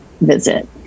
visit